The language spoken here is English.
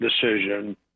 decision